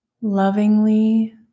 lovingly